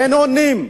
אין עונים.